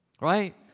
Right